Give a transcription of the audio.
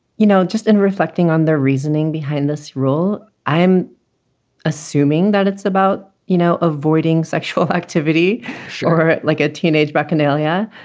you know, just in reflecting on the reasoning behind this rule, i'm assuming that it's about, you know, avoiding sexual activity or like a teenage bacchanalia.